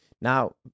Now